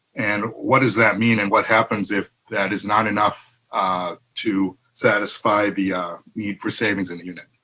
and what does that mean, and what happens if that is not enough to satisfy the need for savings in the unit?